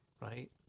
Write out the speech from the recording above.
Right